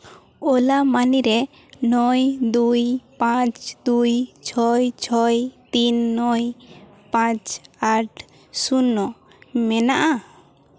ᱳᱞᱟ ᱢᱟᱹᱱᱤ ᱨᱮ ᱱᱚᱭ ᱫᱩᱭ ᱯᱟᱸᱪ ᱫᱩᱭ ᱪᱷᱚᱭ ᱪᱷᱚᱭ ᱛᱤᱱ ᱱᱚᱭ ᱯᱟᱸᱪ ᱟᱴ ᱥᱩᱱᱱᱚ ᱢᱮᱱᱟᱜᱼᱟ